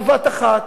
בבת-אחת,